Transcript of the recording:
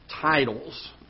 titles